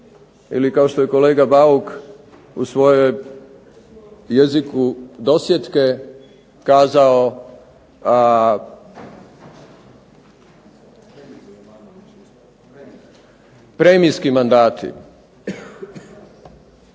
ili kao što je kolega Bauk u svojoj jeziku dosjetke kazao premijski mandati.